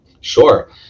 Sure